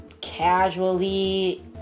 casually